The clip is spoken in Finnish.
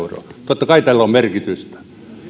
totta kai tällä on merkitystä